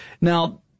Now